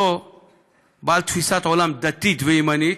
בעל תפיסת עולם דתית וימנית,